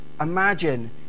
imagine